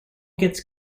gets